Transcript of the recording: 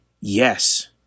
yes